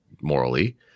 morally